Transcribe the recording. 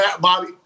Bobby